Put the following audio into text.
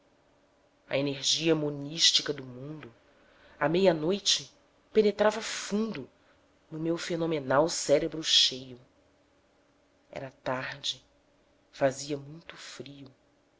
a energia monística do mundo à meia-noite penetrava fundo no meu fenomenal cérebro cheio era tarde fazia muito frio